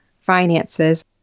finances